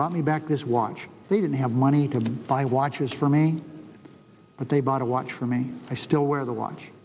brought me back this watch they didn't have money to buy watches for me but they bought a watch for me i still wear the watch